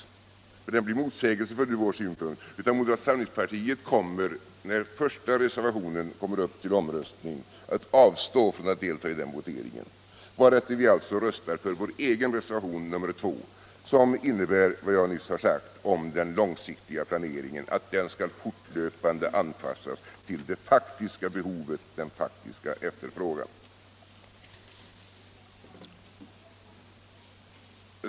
Reservationen är motsägelsefull från vår synpunkt, och moderata samlingspartiet kommer att avstå från deltagande i omröstningen om reservationen 1. varefter vi röstar för vår egen reservation nr 2, som alltså innebär att den långsiktiga planeringen fortlöpande skall anpassas till det faktiska behovet, den faktiska efterfrågan.